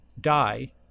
die